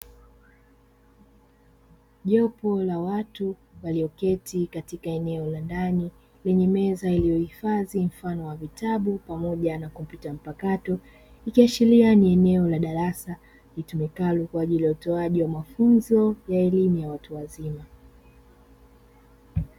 Jopo la watu walioketi katika eneo la ndani, lenye meza iliyohifadhi mfano wa vitabu pamoja na kompyuta mpakato. Ikiashiria ni eneo la darasa litumikalo kwa ajili ya utoaji wa mafunzo ya elimu ya watu wazima.